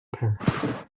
parent